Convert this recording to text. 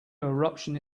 eruption